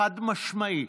חד-משמעית,